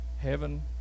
Heaven